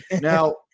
Now